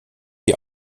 die